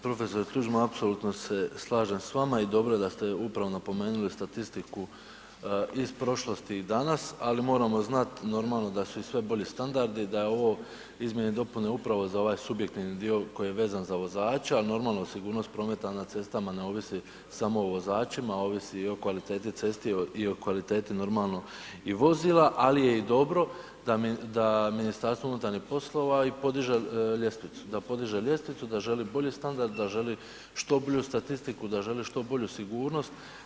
Prof. Tuđman apsolutno se slažem s vama i Dobro je da ste upravo napomenuli statistiku iz prošlosti i danas, al moramo znat normalno da su i sve bolji standardi, da je ovo izmjene i dopune upravo za ovaj subjektivni dio koji je vezan za vozače, a normalno sigurnost prometa na cestama ne ovisi smo o vozačima, ovisi i o kvaliteti cesti i o kvaliteti normalno i vozila, ali je i dobro da MUP i podiže ljestvicu, da podiže ljestvicu, da želi bolji standard, da želi što bolju statistiku, da želi što bolju sigurnost.